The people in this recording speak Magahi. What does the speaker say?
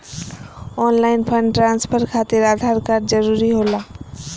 ऑनलाइन फंड ट्रांसफर खातिर आधार कार्ड जरूरी होला?